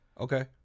Okay